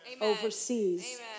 overseas